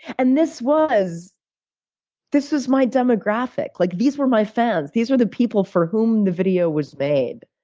and this was this was my demographic. like these were my fans. these were the people for whom the video was made.